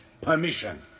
permission